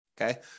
Okay